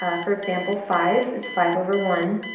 um for example, five is five over one.